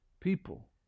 people